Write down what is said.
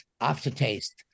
aftertaste